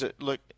Look